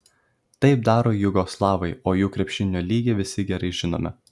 taip daro jugoslavai o jų krepšinio lygį visi gerai žinome